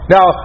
Now